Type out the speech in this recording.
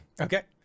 Okay